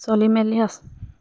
চলি মেলি আছে